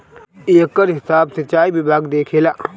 एकर हिसाब सिंचाई विभाग देखेला